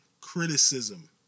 criticism